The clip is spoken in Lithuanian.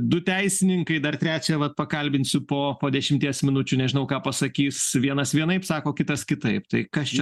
du teisininkai dar trečią vat pakalbinsiu po po dešimties minučių nežinau ką pasakys vienas vienaip sako kitas kitaip tai kas čia